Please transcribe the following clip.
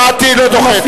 שמעתי, לא דוחה את ההצבעה.